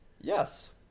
Yes